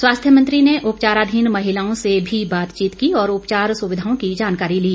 स्वास्थ्य मंत्री ने उपाचाराधीन महिलाओं से भी बातचीत की और उपचार सुविधाओं की जानकारी ली